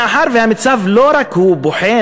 מאחר שהמיצ"ב לא רק בוחן